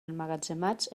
emmagatzemats